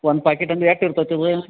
ಒಂದು ಪ್ಯಾಕೆಟ್ ಅಂದ್ರೆ ಎಷ್ಟ್ ಇರ್ತತೆ ಅವು